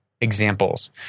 examples